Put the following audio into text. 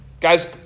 Guys